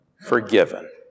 forgiven